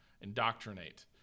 indoctrinate